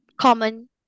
common